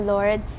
Lord